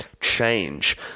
change